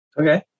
Okay